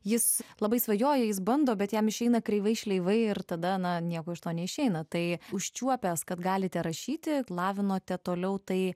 jis labai svajoja jis bando bet jam išeina kreivai šleivai ir tada na nieko iš to neišeina tai užčiuopęs kad galite rašyti lavinote toliau tai